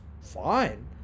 fine